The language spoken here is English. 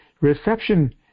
reception